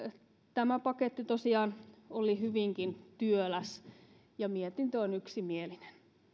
tämä paketti tosiaan oli hyvinkin työläs mietintö on yksimielinen